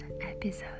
episode